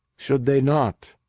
should they not,